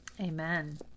amen